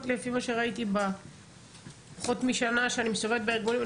לפי מה שראיתי בפחות משנה שאני מסתובבת בארגונים,